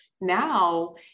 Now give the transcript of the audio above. Now